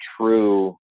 true